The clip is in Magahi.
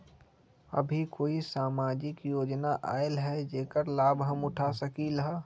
अभी कोई सामाजिक योजना आयल है जेकर लाभ हम उठा सकली ह?